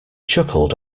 chuckled